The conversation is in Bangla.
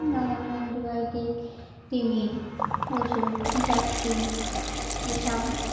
যেমন অ্যান্টিবায়োটিক ক্রিমির ওষুধ ভ্যাকসিন এসব